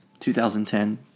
2010